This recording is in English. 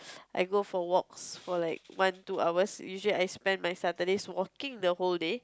I go for walks for like one two hours usually I spend my Saturdays walking the whole day